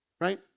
right